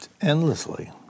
endlessly